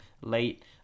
late